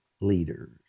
leaders